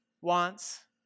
wants